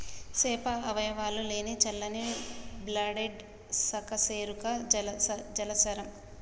చేప అవయవాలు లేని చల్లని బ్లడెడ్ సకశేరుక జలచరం